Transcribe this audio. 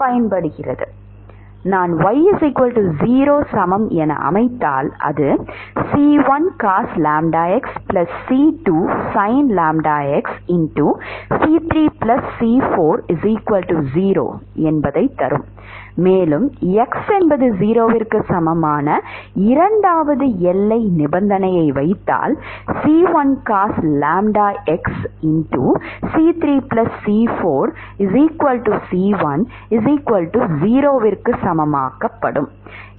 நான் y0 சமம் என அமைத்தால் அது மேலும் x என்பது 0 க்கு சமமான இரண்டாவது எல்லை நிபந்தனையை வைத்தால் க்கு சமமாகக்கப்படும்